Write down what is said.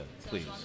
please